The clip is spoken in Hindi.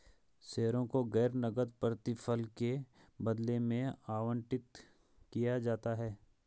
शेयरों को गैर नकद प्रतिफल के बदले में आवंटित किया जाता है